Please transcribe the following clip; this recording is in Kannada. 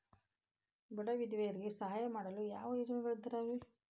ಬಡ ವಿಧವೆಯರಿಗೆ ಸಹಾಯ ಮಾಡಲು ಯಾವ ಯೋಜನೆಗಳಿದಾವ್ರಿ?